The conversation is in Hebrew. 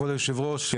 כבוד יושב הראש,